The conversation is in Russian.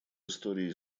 истории